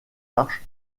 arches